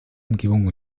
umgebung